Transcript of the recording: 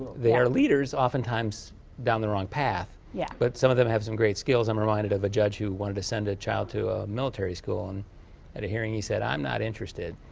they're leaders often times down the wrong path. yeah but some of them have some great skills. i'm reminded of a judge who wanted to send a child to a military school and at a hearing he said, i'm not interested.